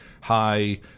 high